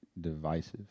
divisive